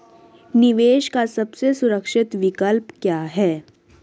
निवेश का सबसे सुरक्षित विकल्प क्या है?